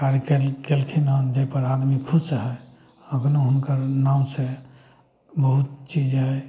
कार्य कयलखिन हँ जाहिपर आदमी खुश हइ एखनो हुनकर नामसँ बहुत चीज हइ